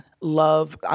love –